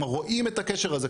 כלומר רואים את הקשר הזה,